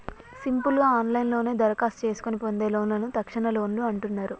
simple గా ఆన్లైన్లోనే దరఖాస్తు చేసుకొని పొందే లోన్లను తక్షణలోన్లు అంటున్నరు